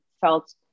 felt